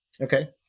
Okay